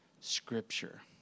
scripture